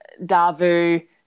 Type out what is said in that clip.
Davu